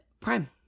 Prime